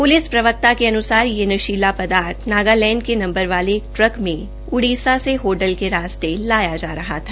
police प्रवक्ता के अन्सार यह नशीला दार्थ नागालैंड के नंवर वाले एक ट्रक में उड़ीस से होडल के रास्ते लाया जा रहा था